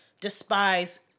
despise